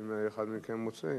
אם אחד מכם רוצה.